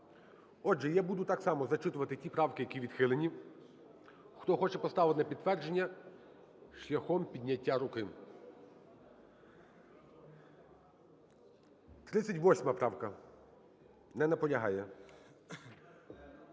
Отже, я буду так само зачитувати ті правки, які відхилені. Хто хоче поставити на підтвердження – шляхом підняття руки. 38 правка - не наполягає.